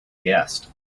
guest